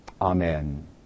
Amen